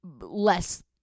less